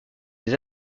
des